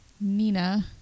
Nina